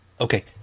Okay